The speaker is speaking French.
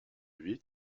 huit